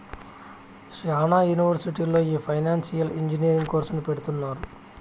శ్యానా యూనివర్సిటీల్లో ఈ ఫైనాన్సియల్ ఇంజనీరింగ్ కోర్సును పెడుతున్నారు